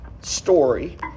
story